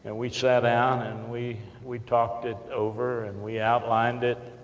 and we sat down, and we we talked it over, and we outlined it,